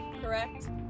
correct